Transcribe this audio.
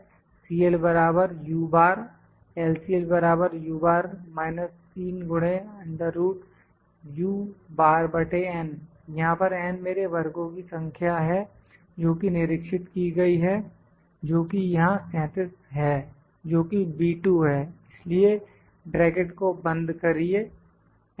CL LCL यहां पर n मेरे वर्गों की संख्या है जोकि निरीक्षित की गई है जोकि यहां 37 है जोकि B 2 है इसलिए ब्रैकेट को बंद करिए एंटर